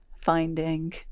finding